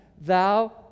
thou